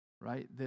right